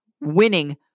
winning